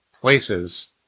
places